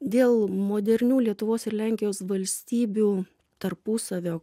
dėl modernių lietuvos ir lenkijos valstybių tarpusavio